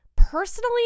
Personally